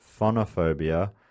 phonophobia